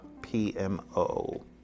PMO